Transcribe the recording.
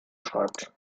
schreibt